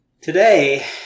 today